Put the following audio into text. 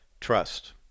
trust